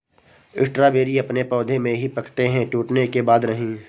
strawberry अपने पौधे में ही पकते है टूटने के बाद नहीं